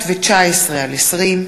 הצעת חוק ביטוח בריאות ממלכתי (תיקון,